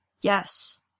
Yes